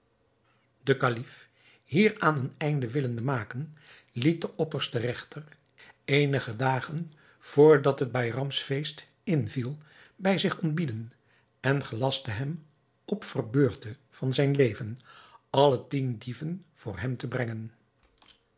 de kalif hieraan een einde willende maken liet den oppersten regter eenige dagen vr dat het baïramsfeest inviel bij zich ontbieden en gelastte hem op verbeurte van zijn leven alle tien dieven voor hem te brengen